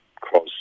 cross